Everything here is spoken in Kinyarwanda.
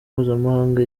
mpuzamahanga